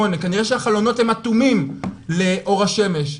כנראה שהחלונות הם אטומים לאור השמש,